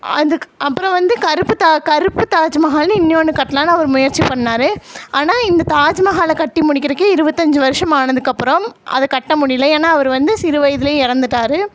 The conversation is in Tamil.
அதுக்கு அப்பறம் வந்து கருப்பு தா கருப்பு தாஜ்மஹால்னு இன்னொன்று கட்டலான்னு அவரு முயற்சி பண்ணிணாரு ஆனால் இந்த தாஜ்மஹால கட்டி முடிக்கிறதுக்கே இருபத்தஞ்சி வருஷம் ஆனதுக்கப்புறம் அதை கட்ட முடியல ஏன்னால் அவரு வந்து சிறு வயதில் இறந்துட்டாரு